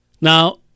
Now